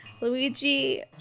Luigi